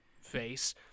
face